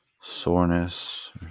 soreness